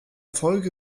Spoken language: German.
folge